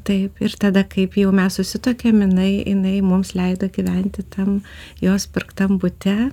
taip ir tada kaip jau mes susituokėm jinai jinai mums leido gyventi ten jos pirktam bute